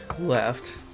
left